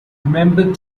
remembered